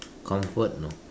comfort you know